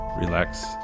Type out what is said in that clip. relax